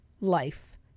life